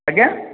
ଆଜ୍ଞା